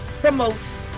promotes